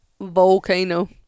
volcano